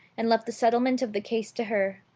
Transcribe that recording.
and left the settlement of the case to her.